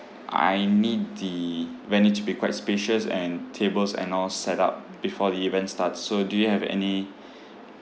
I need the venue to be quite spacious and tables and all set up before the event starts so do you have any